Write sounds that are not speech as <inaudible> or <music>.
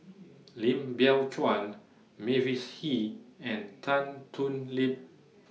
<noise> Lim Biow Chuan Mavis Hee and Tan Thoon Lip